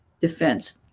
defense